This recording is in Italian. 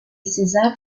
césar